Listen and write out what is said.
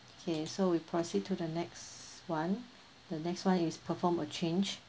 okay so we proceed to the next one the next one is perform a change